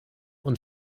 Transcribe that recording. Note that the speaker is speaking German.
und